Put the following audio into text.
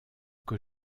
que